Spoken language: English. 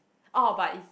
oh but is